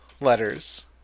letters